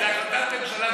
זו החלטת ממשלה.